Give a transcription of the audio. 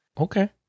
Okay